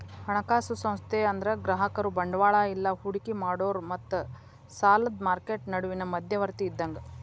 ಹಣಕಾಸು ಸಂಸ್ಥೆ ಅಂದ್ರ ಗ್ರಾಹಕರು ಬಂಡವಾಳ ಇಲ್ಲಾ ಹೂಡಿಕಿ ಮಾಡೋರ್ ಮತ್ತ ಸಾಲದ್ ಮಾರ್ಕೆಟ್ ನಡುವಿನ್ ಮಧ್ಯವರ್ತಿ ಇದ್ದಂಗ